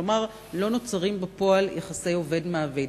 כלומר, לא נוצרים בפועל יחסי עובד ומעביד.